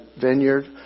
vineyard